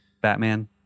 Batman